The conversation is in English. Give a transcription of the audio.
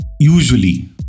Usually